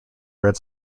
red